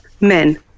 men